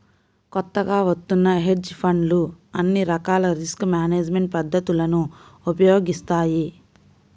కొత్తగా వత్తున్న హెడ్జ్ ఫండ్లు అన్ని రకాల రిస్క్ మేనేజ్మెంట్ పద్ధతులను ఉపయోగిస్తాయి